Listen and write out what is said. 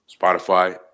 Spotify